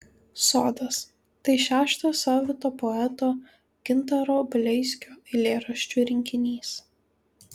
sodas tai šeštas savito poeto gintaro bleizgio eilėraščių rinkinys